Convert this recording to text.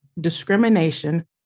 discrimination